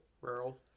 Rural